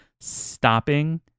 Stopping